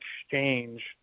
Exchange